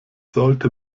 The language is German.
sollte